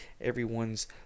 everyone's